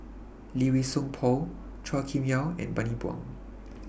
Lee Wei Song Paul Chua Kim Yeow and Bani Buang